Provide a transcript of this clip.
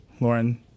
Lauren